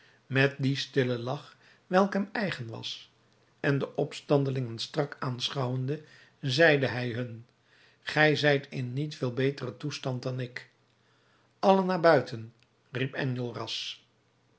met dien stillen lach welke hem eigen was en de opstandelingen strak aanschouwende zeide hij hun gij zijt in niet veel beteren toestand dan ik allen naar buiten riep enjolras